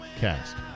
Cast